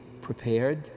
prepared